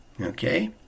Okay